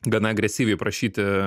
gana agresyviai prašyti